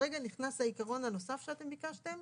וכרגע נכנס העיקרון הנוסף שביקשתם